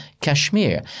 Kashmir